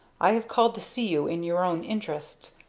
i have called to see you in your own interests.